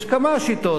יש כמה שיטות.